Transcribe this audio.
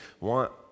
want